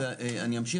אני אמשיך.